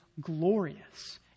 glorious